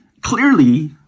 Clearly